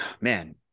man